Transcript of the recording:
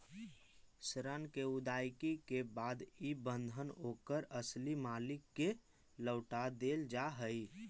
ऋण के अदायगी के बाद इ बंधन ओकर असली मालिक के लौटा देल जा हई